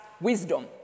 wisdom